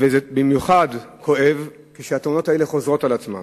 וזה כואב במיוחד כאשר התאונות האלה חוזרות על עצמן.